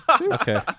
Okay